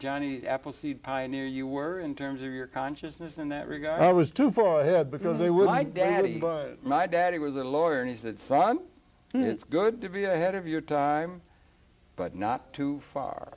an apple seed pioneer you were in terms of your consciousness in that regard i was too far ahead because they were my daddy but my dad was a lawyer and he said son it's good to be ahead of your time but not too far